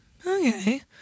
okay